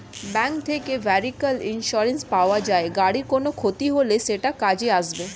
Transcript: bank থেকে vehicle insurance পাওয়া যায়, গাড়ির কোনো ক্ষতি হলে সেটা কাজে আসবে